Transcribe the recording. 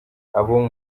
abo